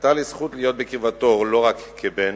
היתה לי זכות להיות בקרבתו, לא רק כבן